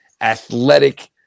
athletic